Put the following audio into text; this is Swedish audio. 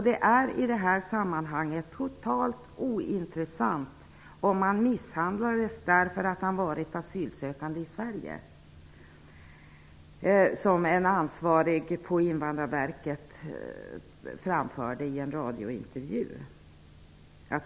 Det är i det här sammanhanget totalt ointressant om han misshandlades därför att han varit asylsökande i Sverige, framförde en ansvarig på Invandrarverket i en radiointervju.